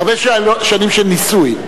הרבה שנים של ניסוי.